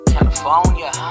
California